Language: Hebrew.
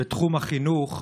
בתחום החינוך,